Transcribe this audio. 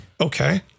Okay